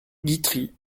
guitry